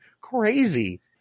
crazy